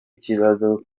kibazo